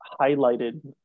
highlighted